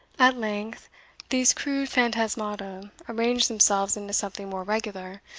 at length these crude phantasmata arranged themselves into something more regular,